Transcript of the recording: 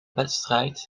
wedstrijd